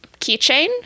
keychain